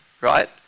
right